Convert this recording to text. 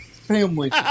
family